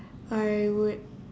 I would